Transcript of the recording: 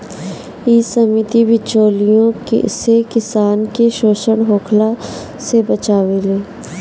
इ समिति बिचौलियों से किसान के शोषण होखला से बचावेले